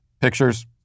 pictures